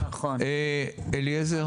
אליעזר,